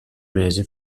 mesi